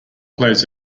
plays